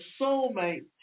soulmate